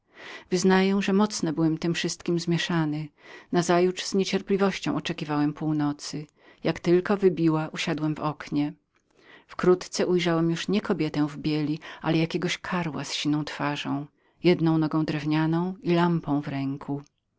wyznaję że odchodziłem od przytomności nazajutrz z niecierpliwością oczekiwałem północy jak tylko wybiła usiadłem w oknie wkrótce ujrzałem już nie kobietę w bieli ale jakiegoś karła wchodzącego z twarzą błękitnawą jedną nogą drewnianą i lampą w ręku